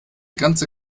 ganze